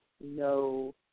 no